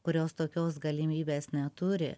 kurios tokios galimybės neturi